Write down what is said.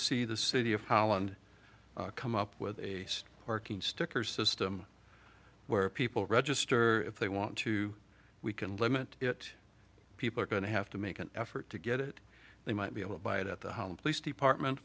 see the city of holland come up with a parking sticker system where people register if they want to we can limit it people are going to have to make an effort to get it they might be able to buy it at the home place department